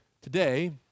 Today